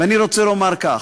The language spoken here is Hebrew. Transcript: ואני רוצה לומר כך: